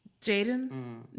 Jaden